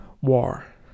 war